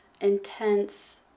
intense